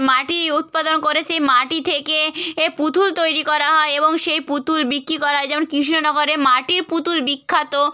মাটি উৎপাদন করে সেই মাটি থেকে এ পুতুল তৈরি করা হয় এবং সেই পুতুল বিক্রি করা হয় যেমন কৃষ্ণনগরে মাটির পুতুল বিখ্যাত